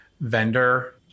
vendor